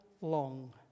long